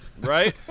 right